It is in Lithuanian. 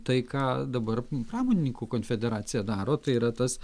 tai ką dabar pramonininkų konfederacija daro tai yra tas